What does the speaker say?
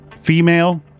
female